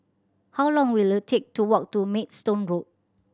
how long will it take to walk to Maidstone Road